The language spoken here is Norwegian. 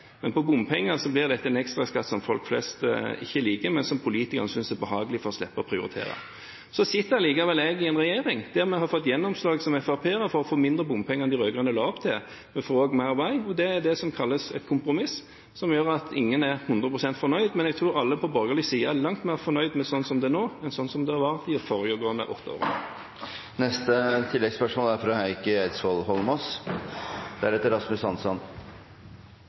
Men på bompenger blir dette en ekstraskatt som folk flest ikke liker, men som politikerne synes er behagelig for å slippe å prioritere. Så sitter likevel jeg i en regjering der vi har fått gjennomslag som FrP-ere for å få mindre bompenger enn det de rød-grønne la opp til, og vi får også mer vei. Det er det som kalles et kompromiss, som gjør at ingen er hundre prosent fornøyd, men jeg tror alle på borgerlig side er langt mer fornøyde med slik det er nå, enn slik det var i de foregående åtte